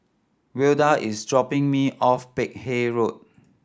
Wilda is dropping me off Peck Hay Road